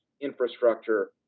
infrastructure